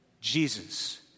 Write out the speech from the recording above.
Jesus